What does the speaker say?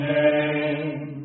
name